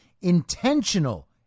intentional